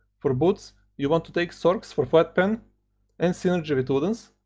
for boots you want to take sorcs for flat pen and synergy with ludens,